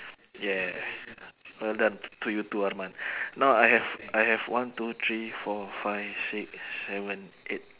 yeah well done t~ to you too arman now I have I have one two three four five six seven eight